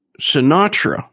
Sinatra